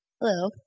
Hello